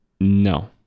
No